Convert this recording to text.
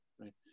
right